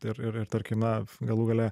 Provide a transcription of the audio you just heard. ir ir tarkim na galų gale